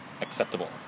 acceptable